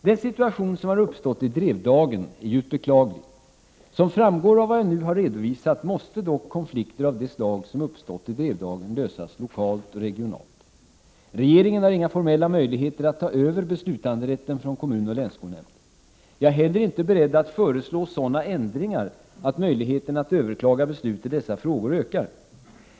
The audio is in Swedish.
Den situation som har uppstått i Drevdagen är djupt beklaglig. Som framgår av vad jag nu har redovisat måste dock konflikter av det slag som uppstått i Drevdagen lösas lokalt och regionalt. Regeringen har inga formella möjligheter att ta över beslutanderätten från kommun och länsskolnämnd. Jag är heller inte beredd att föreslå sådana ändringar att möjligheterna att överklaga beslut i dessa frågor ökar.